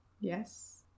Yes